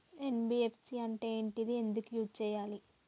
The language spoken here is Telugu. ఎన్.బి.ఎఫ్.సి అంటే ఏంటిది ఎందుకు యూజ్ చేయాలి?